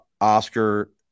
Oscar